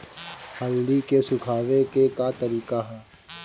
हल्दी के सुखावे के का तरीका ह?